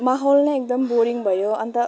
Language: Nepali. माहोल नै एकदम बोरिङ भयो अन्त